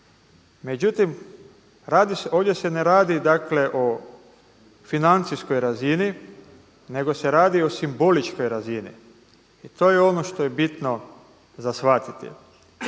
Međutim, ovdje se ne radi o financijskoj razini nego se radi o simboličkoj razini i to je ono što je bitno za shvatiti,